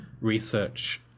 research